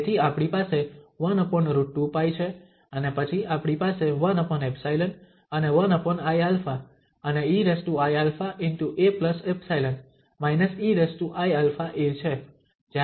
તેથી આપણી પાસે 1√2π છે અને પછી આપણી પાસે 1𝜖 અને 1iα અને eiαa𝜖 eiαa છે